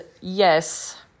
yes